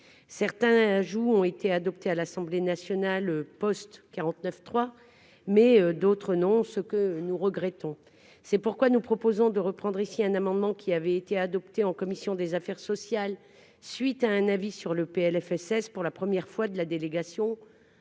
certains ajouts ont été adoptés à l'Assemblée nationale Post 49 3 mais d'autres non, ce que nous regrettons, c'est pourquoi nous proposons de reprendre ici un amendement qui avait été adopté en commission des affaires sociales, suite à un avis sur le PLFSS pour la première fois de la délégation